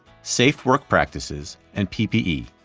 safe work practices and ppe.